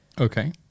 okay